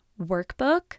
workbook